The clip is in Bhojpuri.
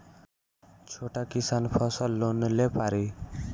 छोटा किसान फसल लोन ले पारी?